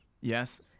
Yes